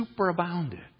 superabounded